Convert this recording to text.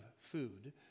food